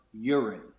urine